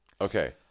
Okay